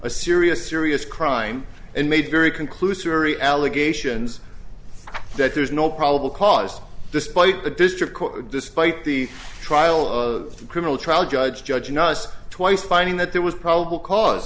a serious serious crime and made very conclusory allegations that there is no probable cause despite the district court despite the trial of the criminal trial judge judge and us twice finding that there was probable cause